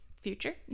future